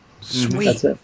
Sweet